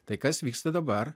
tai kas vyksta dabar